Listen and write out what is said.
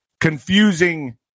confusing